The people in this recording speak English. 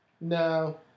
No